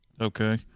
Okay